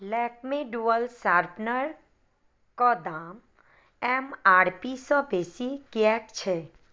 Lakme dual sharpener के दाम M R P सँ बेसी किएक छै